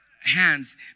hands